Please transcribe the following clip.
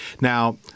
now